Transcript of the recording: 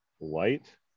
light